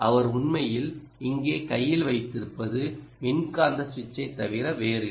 அவர் உண்மையில் இங்கே கையில் வைத்திருப்பது மின்காந்த சுவிட்சைத் தவிர வேறில்லை